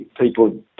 people